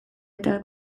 eta